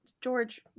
george